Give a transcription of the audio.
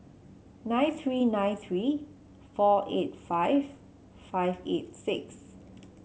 nine three nine three four eight five five eight six